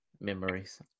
Memories